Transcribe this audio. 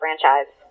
franchise